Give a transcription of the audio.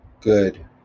good